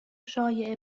شایعه